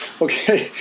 okay